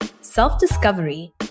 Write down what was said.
self-discovery